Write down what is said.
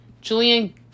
Julian